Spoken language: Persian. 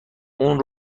اون